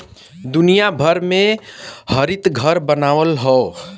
दुनिया भर में हरितघर बनल हौ